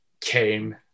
Came